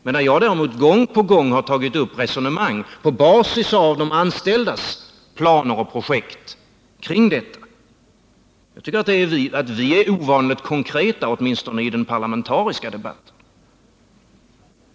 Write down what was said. Jag har däremot gång på gång tagit upp resonemang på basis av de anställdas planer och projekt. Jag tycker vi är ovanligt konkreta, åtminstone i den parlamentariska debatten.